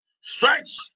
Stretch